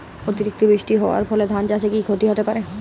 অতিরিক্ত বৃষ্টি হওয়ার ফলে ধান চাষে কি ক্ষতি হতে পারে?